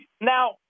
Now